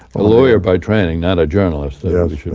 a lawyer by training, not a journalist. yeah